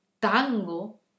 tango